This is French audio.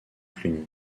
cluny